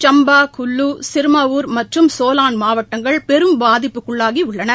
சம்பா குல்லு சிர்மார் மற்றும் சோலன் மாவட்டங்கள் பெரும் பாதிப்புக்குள்ளாகிடள்ளன